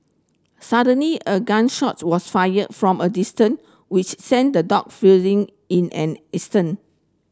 suddenly a gun shot was fired from a distant which sent the dog in an instant